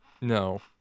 No